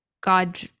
God